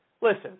listen